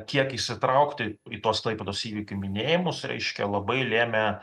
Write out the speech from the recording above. kiek įsitraukti į tuos klaipėdos įvykių minėjimus reiškia labai lėmė